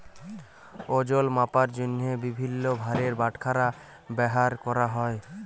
ওজল মাপার জ্যনহে বিভিল্ল্য ভারের বাটখারা ব্যাভার ক্যরা হ্যয়